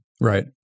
right